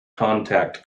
contact